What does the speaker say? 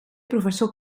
professor